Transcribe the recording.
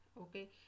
Okay